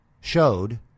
showed